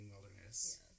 wilderness